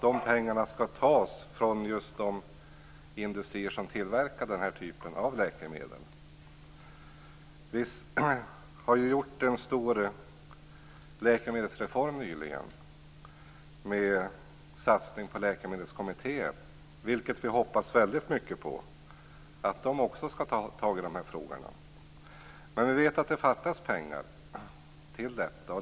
De pengarna skall tas från just de industrier som tillverkar denna typ av läkemedel. Vi har nyligen genomfört en stor läkemedelsreform med satsning på läkemedelskommittéer, vilka vi hoppas väldigt mycket på. Vi hoppas att de också skall ta tag i dessa frågor. Vi vet att det fattas pengar.